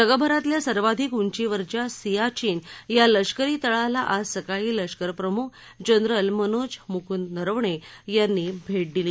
जगभरातल्या सर्वाधिक उंचीवरच्या सीयाचीन या लष्करी तळाला आज सकाळी लष्कर प्रमुख जनरल मनोज मुकूंद नरवणे यांनी भेट दिली